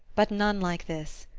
but none like this.